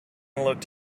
looked